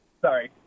Sorry